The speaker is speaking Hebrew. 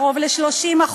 קרוב ל-30%,